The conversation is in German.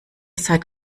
seit